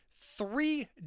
three